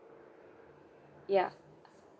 ya